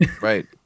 Right